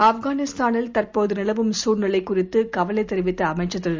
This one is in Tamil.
ஆப்கனிஸ்தானில்தற்போதுநிலவும்சூழ்நிலைகுறித்துகவலைதெரிவித்தஅமைச்சர்தி ரு